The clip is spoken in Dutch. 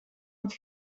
het